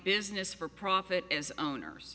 business for profit is owners